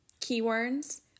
keywords